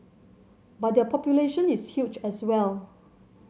but their population is huge as well